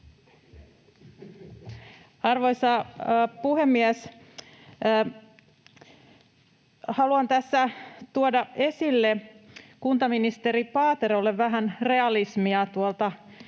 Arvoisa puhemies! Haluan tässä tuoda esille kuntaministeri Paaterolle vähän realismia